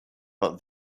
but